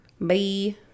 Bye